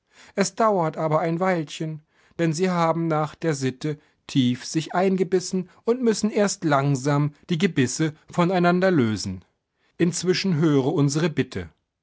es dauert aber ein weilchen denn sie haben nach der sitte tief sich eingebissen und müssen erst langsam die gebisse voneinander lösen inzwischen höre unsere bitte